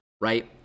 right